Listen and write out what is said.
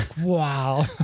Wow